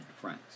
friends